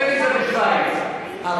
שם בנות רואות טלוויזיה ומשתמשות באינטרנט,